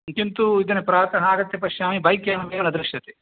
किन्तु इदानीं प्रातः आगत्य पश्यामि बैक्यानमेव न दृश्यते